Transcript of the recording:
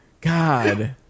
God